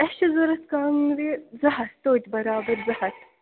اَسہِ چھِ ضوٚرَتھ کانٛگرِ زٕ ہَتھ توتہِ برابر زٕ ہَتھ